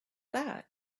that